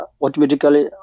automatically